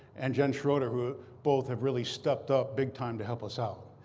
and jen schroeder, who both have really stepped up big time to help us out.